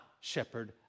shepherd